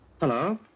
Hello